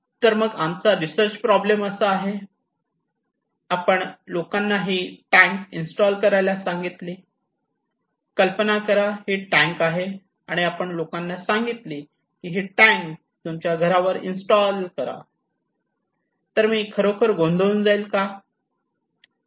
तर मग आमचा रिसर्च प्रॉब्लेम असा आहे आपण लोकांना हि टँक इन्स्टॉल करायला सांगितली कल्पना करा ही टॅंक आहे आणि आपण लोकांना सांगितले की ही टॅन्क तुमच्या घरावर इन्स्टॉल करा तर मी खरोखर गोंधळून जाईल का